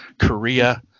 Korea